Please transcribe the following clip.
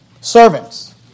Servants